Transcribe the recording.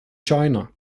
china